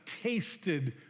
tasted